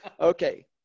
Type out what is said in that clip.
Okay